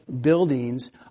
buildings